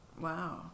Wow